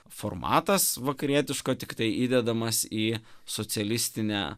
formatas vakarietiško tiktai įdedamas į socialistinę